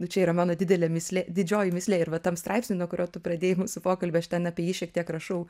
nu čia yra mano didelė mįslė didžioji mįslė ir va tam straipsny nuo kurio tu pradėjai mūsų pokalbį aš ten apie jį šiek tiek rašau